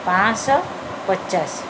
ପାଁଶହ ପଚାଶ